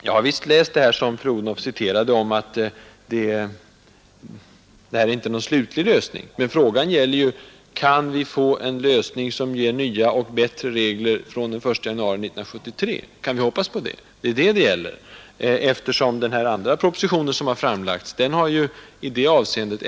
Jag har visst läst det som fru Odhnoff citerade — att detta inte är någon slutlig lösning — men frågan är: Kan vi hoppas på en lösning som ger nya och bättre regler från den 1 januari 1973, eftersom den andra proposition som framlagts gäller från den dagen?